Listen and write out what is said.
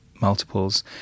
multiples